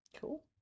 Cool